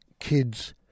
kids